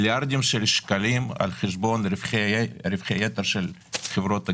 שקלים על חשבון רווחי-יתר של חברות הגז.